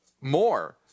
more